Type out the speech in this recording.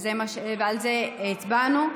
ועל זה הצבענו.